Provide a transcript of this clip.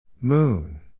Moon